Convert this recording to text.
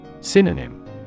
Synonym